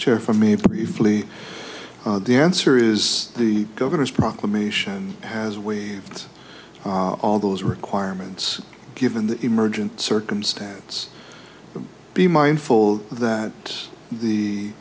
chair for me briefly the answer is the governor's proclamation has we want all those requirements given the emergent circumstance but be mindful that the